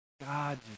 God